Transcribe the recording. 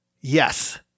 Yes